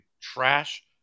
trash